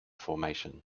formation